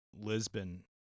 Lisbon